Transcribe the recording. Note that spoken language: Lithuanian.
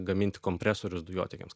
gaminti kompresorius dujotiekiams